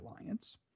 alliance